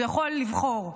הוא יכול לבחור.